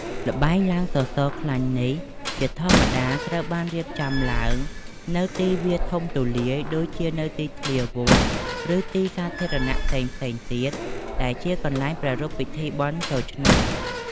ល្បែងឡើងសសរខ្លាញ់នេះជាធម្មតាត្រូវបានរៀបចំឡើងនៅទីវាលធំទូលាយ ដូចជានៅទីធ្លាវត្ត ឬទីតាំងសាធារណៈផ្សេងៗទៀតដែលជាកន្លែងប្រារព្ធពិធីបុណ្យចូលឆ្នាំ។